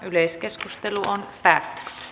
yleiskeskustelu päättyi